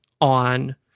on